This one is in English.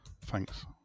Thanks